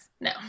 No